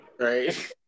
Right